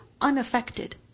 unaffected